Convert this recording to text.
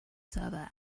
server